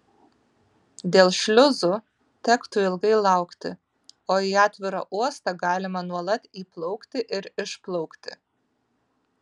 dėl šliuzų tektų ilgai laukti o į atvirą uostą galima nuolat įplaukti ir išplaukti